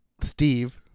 Steve